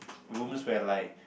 rooms where like